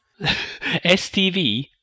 STV